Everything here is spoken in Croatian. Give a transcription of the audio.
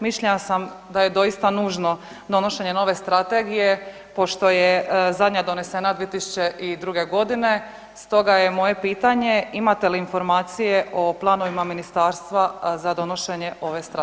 Mišljenja sam da je doista nužno donošenje nove strategije pošto je zadnja donesena 2002.g. Stoga je moje pitanje, imate li informacije o planovima ministarstva za donošenje ove strategije?